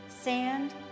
sand